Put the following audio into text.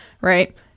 right